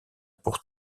pour